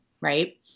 Right